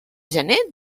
gener